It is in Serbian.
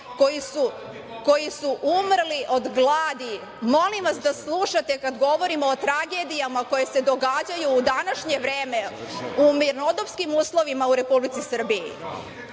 koji su umrli od gladi. Molim vas da slušate kad govorim o tragedijama koje se događaju u današnje vreme, u mirnodopskim uslovima u Republici Srbiji.